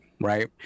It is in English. right